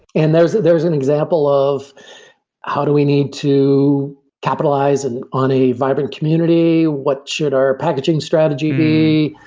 and there's there's an example of how do we need to capitalize and on a vibrant community? what should our packaging strategy be?